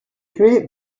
create